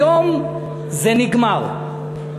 היום זה נגמר.